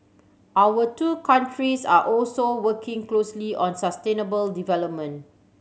our two countries are also working closely on sustainable development